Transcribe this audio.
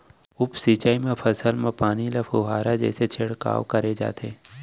उप सिंचई म फसल म पानी ल फुहारा जइसे छिड़काव करे जाथे